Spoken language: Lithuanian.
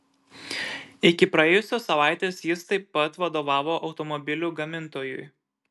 iki praėjusios savaitės jis taip pat vadovavo automobilių gamintojui